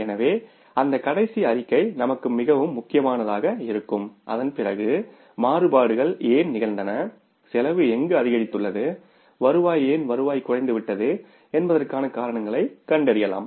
எனவே அந்த கடைசி அறிக்கை நமக்கு மிகவும் முக்கியமானதாக இருக்கும் அதன்பிறகு மாறுபாடுகள் ஏன் நிகழ்ந்தன செலவு எங்கு அதிகரித்துள்ளது வருவாய் குறைந்துவிட்டது ஏன் வருவாய் குறைந்துவிட்டது என்பதற்கான காரணங்களைக் கண்டறியலாம்